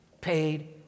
paid